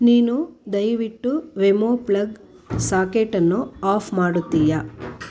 ನೀನು ದಯವಿಟ್ಟು Wemo plug socket ಅನ್ನು ಆಫ್ ಮಾಡುತ್ತೀಯಾ